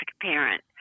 parent